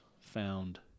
found